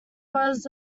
was